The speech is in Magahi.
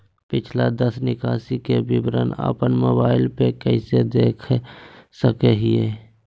पिछला दस निकासी के विवरण अपन मोबाईल पे कैसे देख सके हियई?